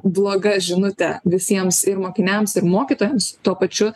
bloga žinutė visiems ir mokiniams ir mokytojams tuo pačiu